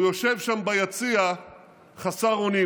הוא יושב שם ביציע חסר אונים.